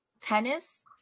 tennis